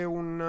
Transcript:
un